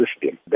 system